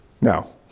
No